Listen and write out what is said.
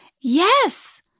Yes